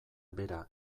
bera